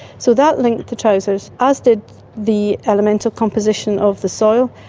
so that linked the trousers, as did the elemental composition of the soil.